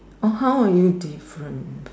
oh how are you different